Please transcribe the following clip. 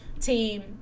team